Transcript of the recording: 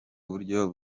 buryo